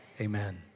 Amen